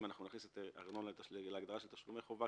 אם נכניס את הארנונה להגדרה של תשלומי חובה,